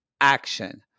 action